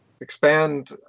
expand